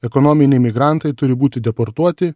ekonominiai migrantai turi būti deportuoti